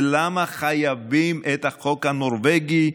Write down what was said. ולמה חייבים את החוק הנורבגי,